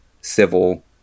civil